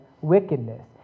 wickedness